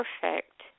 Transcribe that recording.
perfect